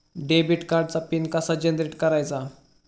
Debit कार्डचा pin कसा generate करायचा?